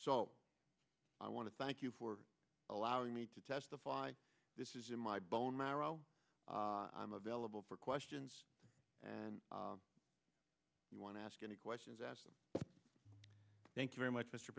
so i want to thank you for allowing me to testify this is in my bone marrow i'm available for questions and you want to ask any questions asked thank you very much mr